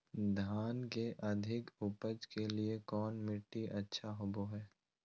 धान के अधिक उपज के लिऐ कौन मट्टी अच्छा होबो है?